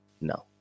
No